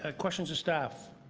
ah questions of staff?